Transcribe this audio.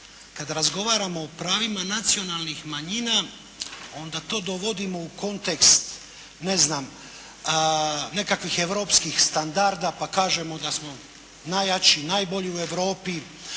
kada razgovaramo o pravima nacionalnih manjina, onda to dovodimo u kontekst, ne znam, nekakvih europskih standarda pa kažemo da smo najjači, najbolji u Europi.